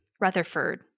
Rutherford